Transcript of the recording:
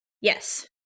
Yes